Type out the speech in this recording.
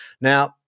Now